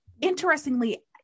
Interestingly